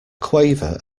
quaver